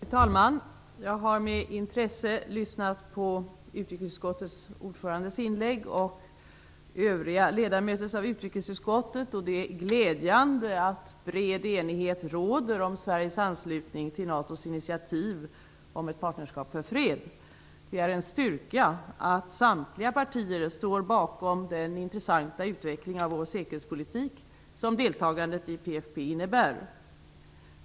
Fru talman! Jag har med intresse lyssnat på utrikesutskottets ordförandes inlägg och till övriga ledamöter i utrikesutskottet. Det är glädjande att bred enighet råder om svensk anslutning till NATO:s initiativ om ett partnerskap för fred. Det är en styrka att samtliga patier står bakom den intressanta utveckling av vår säkerhetspolitik som deltagandet i PFF innebär.